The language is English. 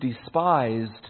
despised